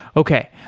okay.